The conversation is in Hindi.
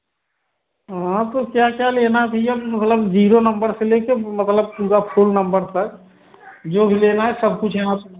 हाँ तो क्या क्या लेना है भैया मतलब जीरो नम्बर से लेकर मतलब पूरा फुल नंबर तक जो भी लेना है सब कुछ यहाँ से मिल